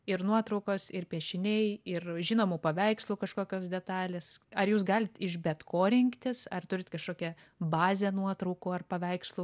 ir nuotraukos ir piešiniai ir žinomų paveikslų kažkokios detalės ar jūs galit iš bet ko rinktis ar turit kažkokią bazę nuotraukų ar paveikslų